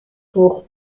pour